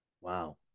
Wow